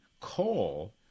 coal